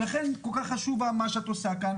ולכן כל כך חשוב מה שאת עושה כאן,